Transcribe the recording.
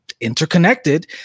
interconnected